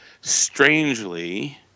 strangely